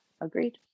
Agreed